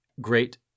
great